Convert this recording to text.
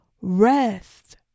Rest